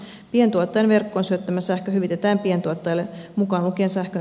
pientuottajan verkkoon syöttämä sähkö hyvitetään pientuottajalle mukaan lukien sähkön